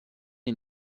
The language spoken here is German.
der